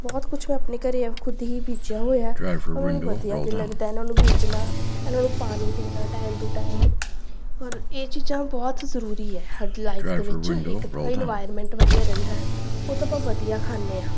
ਬਹੁਤ ਕੁਛ ਮੈਂ ਆਪਣੇ ਘਰ ਖੁਦ ਹੀ ਬੀਜਿਆ ਹੋਇਆ ਔਰ ਮੈਨੂੰ ਵਧੀਆ ਵੀ ਲੱਗਦਾ ਇਹਨਾਂ ਨੂੰ ਬੀਜਣਾ ਇਹਨਾਂ ਨੂੰ ਪਾਣੀ ਦੇਣਾ ਟਾਈਮ ਟੂ ਟਾਈਮ ਔਰ ਇਹ ਚੀਜ਼ਾਂ ਬਹੁਤ ਜ਼ਰੂਰੀ ਹੈ ਸਾਡੀ ਲਾਈਫ ਦੇ ਵਿੱਚ ਇੱਕ ਤਾਂ ਇਨਵਾਇਰਮੈਂਟ ਵਧੀਆ ਰਹਿੰਦਾ ਉਹ ਤਾਂ ਆਪਾਂ ਵਧੀਆ ਖਾਂਦੇ ਹਾਂ